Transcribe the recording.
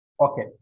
Okay